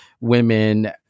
women